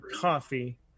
coffee